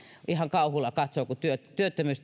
ihan kauhulla katsoin kun työttömyys